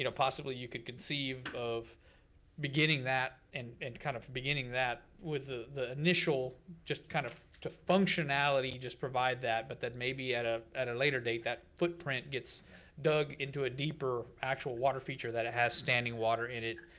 you know possibly you could conceive of beginning that and and kind of beginning that with the initial, just kind of to functionality, just provide that, but that maybe at ah at a later date that footprint gets dug into a deeper actual water feature that it has standing water in it,